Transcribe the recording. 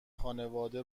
خانواده